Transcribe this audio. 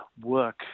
work